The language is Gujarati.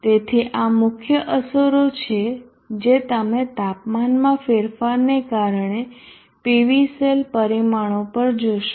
તેથી આ મુખ્ય અસરો છે જે તમે તાપમાનમાં ફેરફારને કારણે PV સેલ પરિમાણો પર જોશો